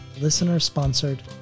listener-sponsored